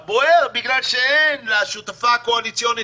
בוער כי אין לשותפה הקואליציונית,